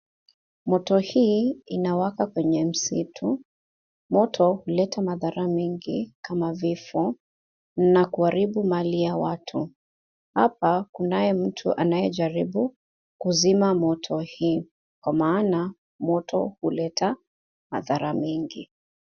Moto hii inawaka kwenye msitu. Moto huleta madhara mengi kama vifo na kuharibu mali ya watu . Hapa kunaye mtu anayejaribu kuzima moto hii kwa maana moto huleta madhara mingi.